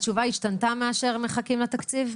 התשובה השתנתה מאשר מחכים לתקציב?